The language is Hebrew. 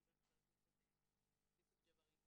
כמו שאמר חבר הכנסת יוסף ג'בארין.